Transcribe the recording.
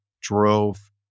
drove